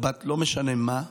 לא משנה מה,